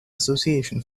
association